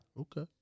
Okay